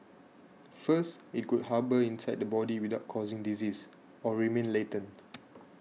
first it could harbour inside the body without causing disease or remain latent